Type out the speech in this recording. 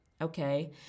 okay